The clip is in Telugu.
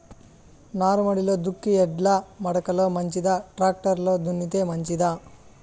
నారుమడిలో దుక్కి ఎడ్ల మడక లో మంచిదా, టాక్టర్ లో దున్నితే మంచిదా?